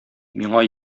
миңа